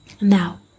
Now